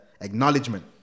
acknowledgement